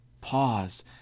Pause